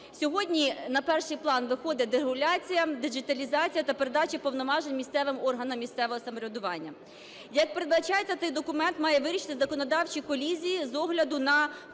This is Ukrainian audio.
Сьогодні на перший план виходить дерегуляція, діджиталізація та передача повноважень місцевим органам місцевого самоврядування. Як передбачається, цей документ має вирішити законодавчі колізії з огляду на